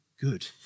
good